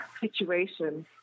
situation